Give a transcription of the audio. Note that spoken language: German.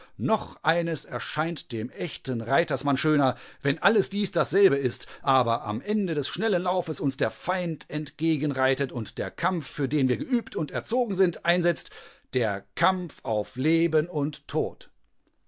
noch eines erscheint dem echten reitersmann schöner wenn alles dies dasselbe ist aber am ende des schnellen laufes uns der feind entgegenreitet und der kampf für den wir geübt und erzogen sind einsetzt der kampf auf leben und tod